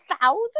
thousand